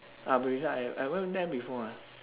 ah baliza I I went there before ah